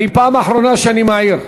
פעם אחרונה שאני מעיר.